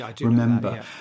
remember